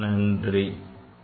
Thank you